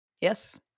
Yes